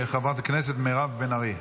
חברת הכנסת מירב בן ארי.